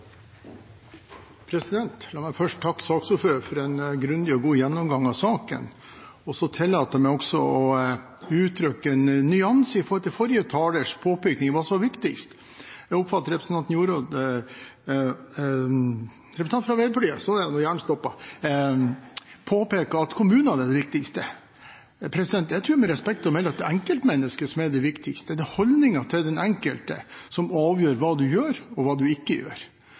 La meg først takke saksordføreren for en grundig og god gjennomgang av saken. Og så tillater jeg meg også å gi uttrykk for en nyanse i forhold til forrige talers påpekning av hva som er viktigst. Jeg oppfatter at representanten Jorodd Asphjell fra Arbeiderpartiet påpeker at kommunene er det viktigste. Jeg tror med respekt å melde at det er enkeltmennesket som er det viktigste. Det er holdningen til den enkelte som avgjør hva du gjør, og hva du ikke gjør.